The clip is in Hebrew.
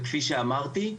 וכפי שאמרתי,